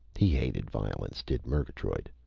he hated violence, did murgatroyd.